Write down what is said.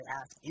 ask